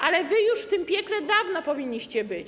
Ale wy już w tym piekle dawno powinniście być.